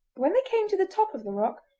when they came to the top of the rock,